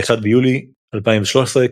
ב-1 ביולי 2013,